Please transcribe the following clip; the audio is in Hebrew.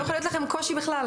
לא יכול להיות לכם קושי בכלל,